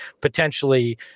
potentially